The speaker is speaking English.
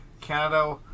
Canada